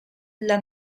dla